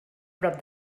prop